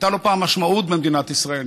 הייתה לו פעם משמעות במדינת ישראל.